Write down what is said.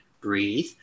breathe